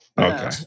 Okay